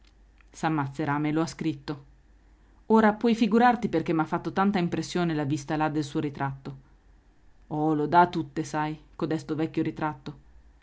trovarle s'ammazzerà me l'ha scritto ora puoi figurarti perché m'ha fatto tanta impressione la vista là del suo ritratto oh lo dà a tutte sai codesto vecchio ritratto